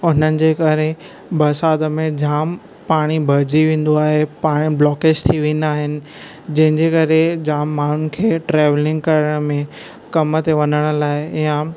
हुननि जे करे बरसातु में जाम पाणी भरिजी वेंदो आहे पाण ब्लोकेज़ थी वेंदा आहिनि जंहिंजे करे जाम माण्हुनि खे ट्रेवलिंग करणु में कमु ते वञणु लाइ इआम